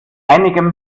einigem